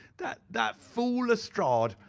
that that fool lestrade,